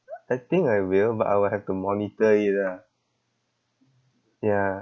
I think I will but I will have to monitor it ah ya